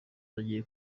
bagiye